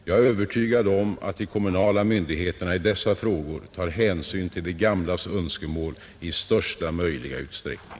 Jag är övertygad om att de kommunala myndigheterna i dessa frågor tar hänsyn till de gamlas önskemål i största möjliga utsträckning.